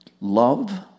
Love